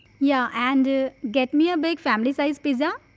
yeah. and ah get me a big family size pizza.